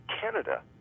Canada